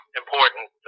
important